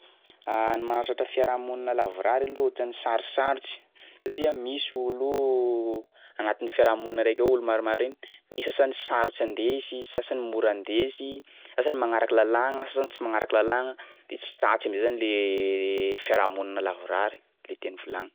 Ny mahatratra fiarahamonina lavorary aloha ohatrany sarosarotry satria misy olo io agnatin'ny fiarahamonina raiky ao olo maromaro regny, misy sasany sarotry andesy, sasany mora andesy, sasany magnaraky lalàna, sasany tsy magnaraky lalàgna de tsy tsatsy am'zay zany le fiarahamonina lavorary le tiany volagny.